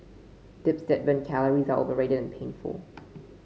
dips that burn calories are overrated and painful